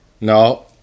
no